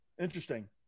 Interesting